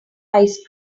ice